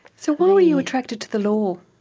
so why were you attracted to the law?